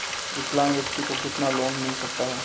विकलांग व्यक्ति को कितना लोंन मिल सकता है?